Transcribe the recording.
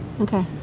Okay